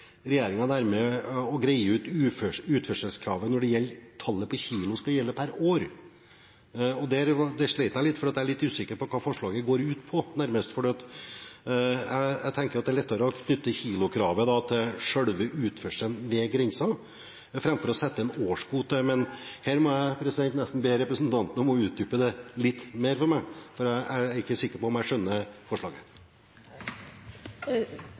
litt, for jeg er litt usikker på hva forslaget går ut på. Jeg tenker at det er lettere å knytte kilokravet til selve utførselen ved grensen, framfor å sette en årskvote. Her må jeg nesten be representanten utdype det litt mer for meg, for jeg er ikke sikker på om jeg skjønner forslaget.